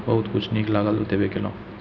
बहुत किछु नीक लागल बतेबे केलहुँ